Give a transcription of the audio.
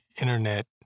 Internet